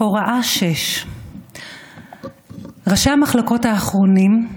הוראה 6. ראשי המחלקות האחרונים,